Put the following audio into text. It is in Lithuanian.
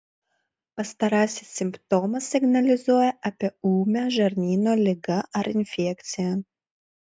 pastarasis simptomas signalizuoja apie ūmią žarnyno ligą ar infekciją